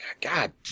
God